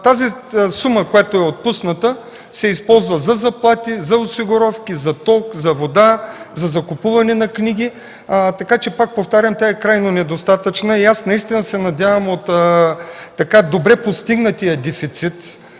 Сумата, която е отпусната, се използва за заплати, за осигуровки, за ток, за вода, за закупуване на книги. Пак повтарям, тя е крайно недостатъчна и наистина се надявам от добре постигнатия дефицит,